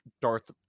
Darth